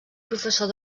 professor